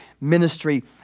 ministry